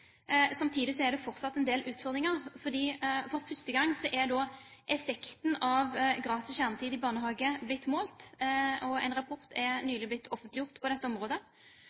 Samtidig er det fortsatt en del utfordringer. For første gang er effekten av gratis kjernetid i barnehage blitt målt, og en rapport er nylig blitt offentliggjort på dette området.